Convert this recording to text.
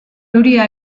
euria